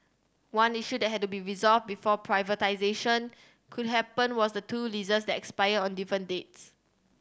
one issue that had to be resolved before privatisation could happen was the two leases that expire on different dates